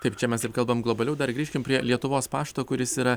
taip čia mes taip kalbam globaliau dar grįžkim prie lietuvos pašto kuris yra